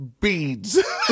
beads